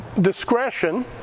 discretion